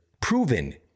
proven